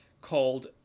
called